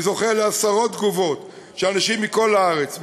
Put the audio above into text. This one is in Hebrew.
אני זוכה לעשרות תגובות של אנשים מכל הארץ,